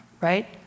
right